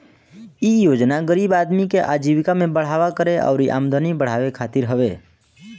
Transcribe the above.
इ योजना गरीब आदमी के आजीविका में बढ़ावा करे अउरी आमदनी बढ़ावे खातिर हवे